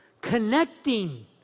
connecting